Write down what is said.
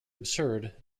absurd